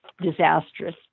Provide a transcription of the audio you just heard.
disastrous